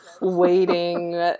waiting